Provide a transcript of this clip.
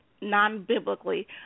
non-biblically